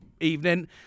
evening